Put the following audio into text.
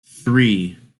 three